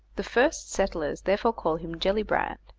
the first settlers therefore call him gellibrand,